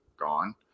gone